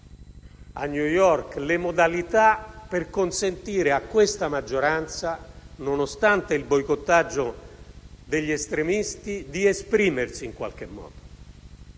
a New York le modalità per consentire a questa maggioranza, nonostante il boicottaggio degli estremisti, di esprimersi in qualche modo